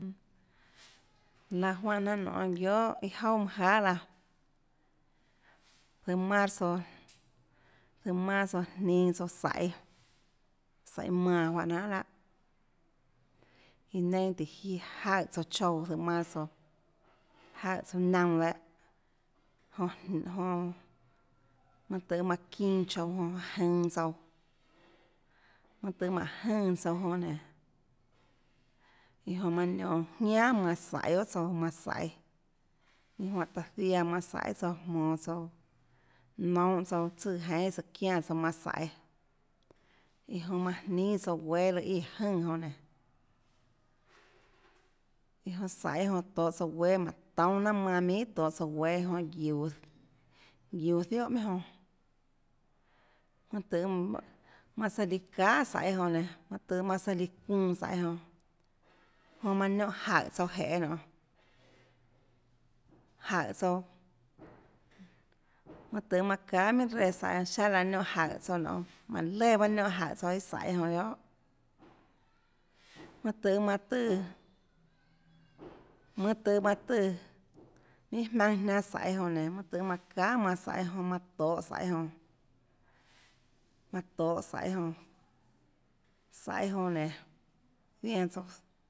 Laã juánhã jnanà nonê guiohà iâ jouà manâ jahà laãzøhå marzo zøhå marzo jninå tsouã saiê siaê manã juáhã jnanà lahâ iã neinâ tùhå jiánã jaøè tsouãchouã zøhå marzo jaøè tsouã naunã dehâ jonã jonã mønâ tøhê manã çinã chouã jonã jønå tsouã mønâ tøhê mánhå jùnã tsouã jonã nénå iã jonã manã nionå jiánà manã saiâå guiohà tsouã manã saiê ninâ juáhã taã ziaã manã saiê guiohà tsouã jmonå tsouãnounhå tsouã tsùã jeinhâ tsùhå çiánã tsouã manã saiê iã jonã manã nínâ tsouã guéâ lùã iâ jùnã jonã nénå iã jonã saiê jonã tohå tsouã guéâ jmánå toúnâ nanâ manã minhà tohå tsouã guéâ jonã guiuå guiuå zióhà minhà jonãmøâ tøhê manã saã líã çahà saiê jonã nénå mønâ tøhê manã søã líã çuunã saiê jonã jonã manã niónhã jaùhå tsouã jeê nionê jaùhå tsouã mønâ tøhê manã çahà minhà reã saiê jonãsiáhã laã niónhã jaùhå tsouã nionê mánhå léã bahâ niónhã jaùhå tsouã iâ saiê jonã guiohà mønâ tøhê manã tùã mønâ tøhê manã tùãminhà jmaønâ jnianâ saiê jonã nénå tøhê manã çahà manã saiê jonãjonã manã tohå saiê jonã manã tohå saiê jonã saiê jonã nénå zianã tsouã